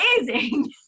amazing